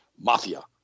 Mafia